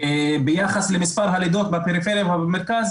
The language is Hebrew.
ביחס למספר הלידות בפריפריה ובמרכז,